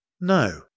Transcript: No